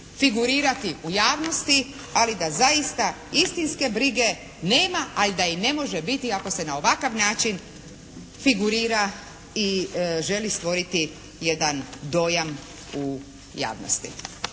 figurirati u javnosti ali da zaista istinske brige nema a i da i ne može biti ako se na ovakav način figurira i želi stvoriti jedan dojam u javnosti.